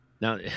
now